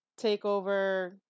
TakeOver